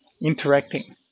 interacting